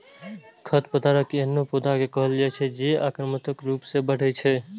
खरपतवार एहनो पौधा कें कहल जाइ छै, जे आक्रामक रूप सं बढ़ै छै